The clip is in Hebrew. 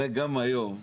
הרי גם היום המדינה,